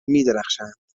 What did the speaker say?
میدرخشند